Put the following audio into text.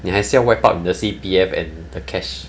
你还是要 wipe out the C_P_F and the cash